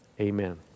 amen